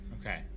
Okay